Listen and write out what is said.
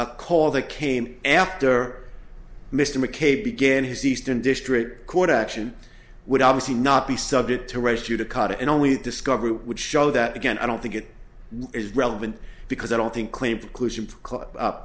a call that came after mr mckay began his eastern district court action would obviously not be subject to race judicata and only discovery would show that again i don't think it is relevant because i don't think claim